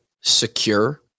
secure